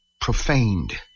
profaned